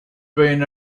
been